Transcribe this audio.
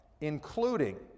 including